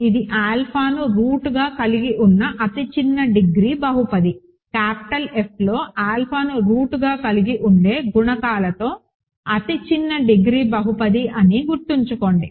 ఇది ఆల్ఫాను రూట్గా కలిగి ఉన్న అతి చిన్న డిగ్రీ బహుపది క్యాపిటల్ Fలో ఆల్ఫాను రూట్గా కలిగి ఉండే గుణకాలతో అతి చిన్న డిగ్రీ బహుపది అని గుర్తుంచుకోండి